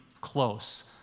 close